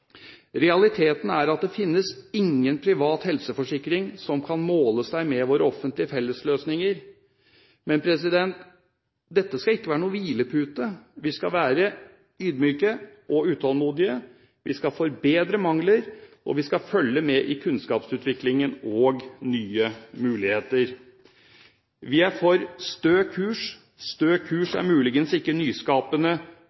Realiteten er at det finnes ingen privat helseforsikring som kan måle seg med våre offentlige fellesløsninger. Men dette skal ikke være noen hvilepute. Vi skal være ydmyke og utålmodige. Vi skal forbedre mangler, og vi skal følge med i kunnskapsutviklingen og se nye muligheter. Vi er for stø kurs. Stø kurs